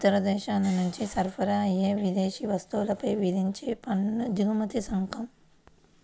ఇతర దేశాల నుంచి సరఫరా అయ్యే విదేశీ వస్తువులపై విధించే పన్ను దిగుమతి సుంకం